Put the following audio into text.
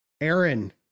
Aaron